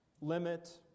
limit